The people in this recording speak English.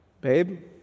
babe